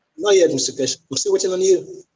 not yet mr keshe. we're still waiting on you.